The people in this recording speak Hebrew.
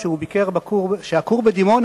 שהכור בדימונה,